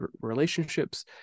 relationships